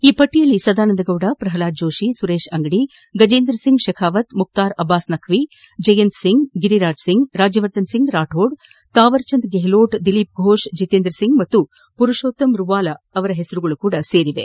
ಈ ಪಟ್ಟಿಯಲ್ಲಿ ಸದಾನಂದ ಗೌಡ ಪ್ರಹ್ನಾದ್ ಜೋಷಿ ಸುರೇಶ್ ಅಂಗಡಿ ಗಜೇಂದ್ರ ಸಿಂಗ್ ಶೆಬಾವತ್ ಮುಖ್ತಾರ್ ಅಬ್ಬಾಸ್ ನಖ್ವಿ ಜಯಂತ್ ಸಿಂಗ್ ಗಿರಿರಾಜ್ ಸಿಂಗ್ ರಾಜ್ಯವರ್ಧನ್ ಸಿಂಗ್ ರಾಥೋಡ್ ತಾವರ್ಚಂದ್ ಗೆಹ್ಲೋಟ್ ದಿಲೀಪ್ ಘೋಷ್ ಜಿತೇಂದ್ರ ಸಿಂಗ್ ಮತ್ತು ಮರುಷೋತ್ತಮ್ ರುಪಾಲ ಹೆಸರುಗಳು ಕೂಡ ಸೇರಿವೆ